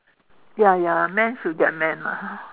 ya ya man should get man lah hor